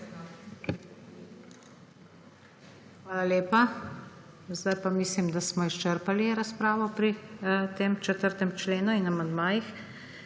Hvala lepa. Zdaj pa mislim, da smo izčrpali razpravo pri tem 4. členu in amandmajih.